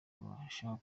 abashaka